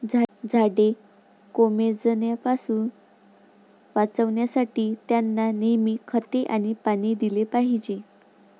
झाडे कोमेजण्यापासून वाचवण्यासाठी, त्यांना नेहमी खते आणि पाणी दिले पाहिजे